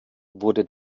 wurde